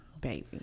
baby